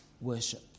worship